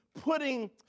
putting